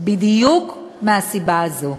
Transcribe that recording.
בדיוק מהסיבה הזאת.